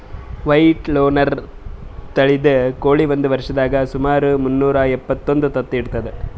white Leghorn ತಳಿದ್ ಕೋಳಿ ಒಂದ್ ವರ್ಷದಾಗ್ ಸುಮಾರ್ ಮುನ್ನೂರಾ ಎಪ್ಪತ್ತೊಂದು ತತ್ತಿ ಇಡ್ತದ್